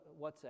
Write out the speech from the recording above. WhatsApp